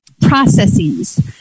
processes